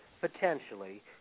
potentially